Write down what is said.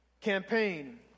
campaign